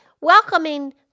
welcoming